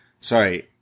sorry